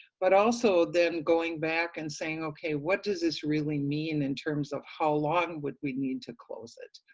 but also then going back and saying okay what does this really mean in terms of how long would we need to close it.